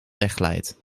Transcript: wegglijdt